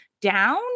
down